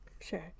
Sure